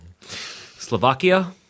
slovakia